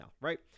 right